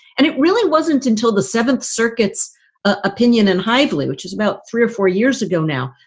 and it really wasn't until the seventh circuit's opinion in hively, which is about three or four years ago now,